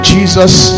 Jesus